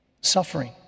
Suffering